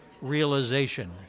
realization